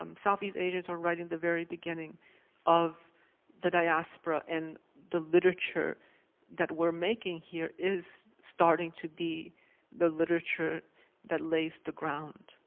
um southeast asian's are writing the very beginning of the diaspora. and the literature that we're making here is starting to be the literature that lays the ground.